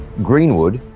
greenwood,